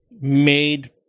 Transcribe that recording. made